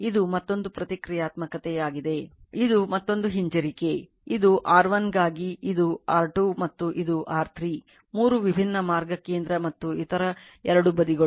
ಇದು ಮತ್ತೊಂದು ಪ್ರತಿಕ್ರಿಯಾತ್ಮಕವಾಗಿದೆ ಇದು ಮತ್ತೊಂದು ಹಿಂಜರಿಕೆ ಇದು R1 ಗಾಗಿ ಇದು R2 ಮತ್ತು ಇದು R3 3 ವಿಭಿನ್ನ ಮಾರ್ಗ ಕೇಂದ್ರ ಮತ್ತು ಇತರ ಎರಡು ಬದಿಗಳು